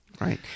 right